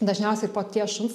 dažniausiai paties šuns